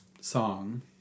song